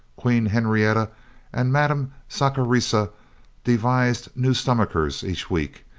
queen henrietta and madame saccharissa devised new stomachers each week,